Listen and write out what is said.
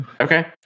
Okay